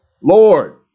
Lord